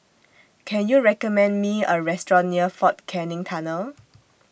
Can YOU recommend Me A Restaurant near Fort Canning Tunnel